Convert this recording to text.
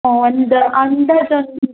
ಹಾಂ ಒಂದು ಅಂದಾಜು ಒಂದು